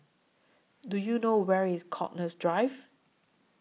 Do YOU know Where IS Connaught Drive